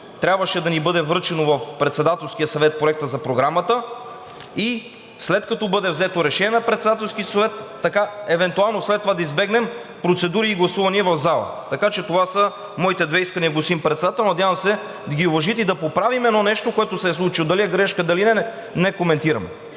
трябваше да ни бъде връчен в Председателския съвет Проектът за програмата, и след като бъде взето решение на Председателски съвет, така евентуално след това да избегнем процедури и гласувания в зала. Така че това са моите две искания, господин Председател. Надявам се да ги уважите и да поправим едно нещо, което се е случило. Дали е грешка, дали не, не коментирам.